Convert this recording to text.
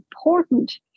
important